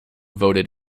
voted